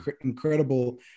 incredible